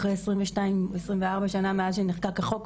אחרי 22 או 24 שנים מאז שנחקק החוק,